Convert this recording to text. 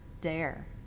dare